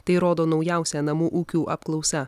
tai rodo naujausia namų ūkių apklausa